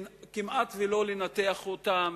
כמעט לא לנתח אותם,